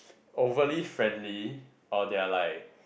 overly friendly or they are like